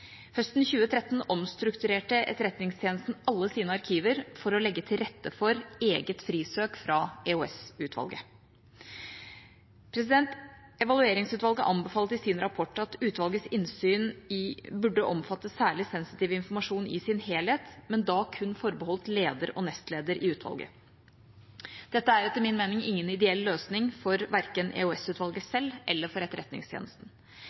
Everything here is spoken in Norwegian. Høsten 2013 omstrukturerte Etterretningstjenesten alle sine arkiver for å legge til rette for eget frisøk fra EOS-utvalget. Evalueringsutvalget anbefalte i sin rapport at utvalgets innsyn burde omfatte særlig sensitiv informasjon i sin helhet, men da kun forbeholdt leder og nestleder i utvalget. Dette er etter min mening ingen ideell løsning verken for EOS-utvalget selv eller for Etterretningstjenesten.